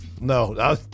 No